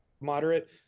moderate